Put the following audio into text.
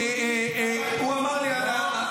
הוא אמר לי --- נאור,